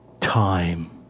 time